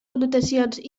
connotacions